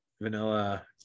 vanilla